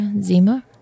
Zima